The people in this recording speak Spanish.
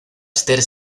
esther